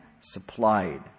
supplied